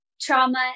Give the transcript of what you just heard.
trauma